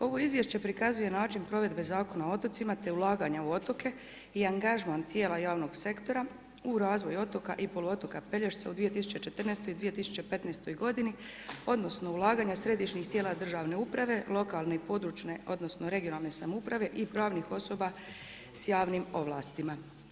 Ovo izvješće prikazuje način provedbe Zakon o otocima, te ulaganje u otoke i angažman tijela javnog sektora u razvoj otoka i poluotoka Pelješca u 2014. i 2015. g. Odnosno, ulaganja središnjih tijela države uprave, lokalne i područne odnosno, regionalne samouprave i pravnih osoba s javnih ovlastima.